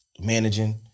managing